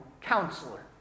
counselor